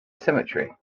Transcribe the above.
cemetery